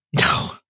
No